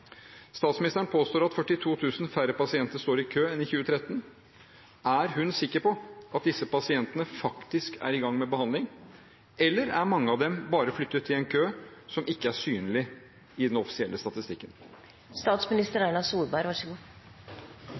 Statsministeren påstår at 42 000 færre pasienter står i kø nå enn i 2013. Er hun sikker på at disse pasientene faktisk er i gang med behandling, eller er mange av dem bare flyttet til en kø som ikke er synlig i den offisielle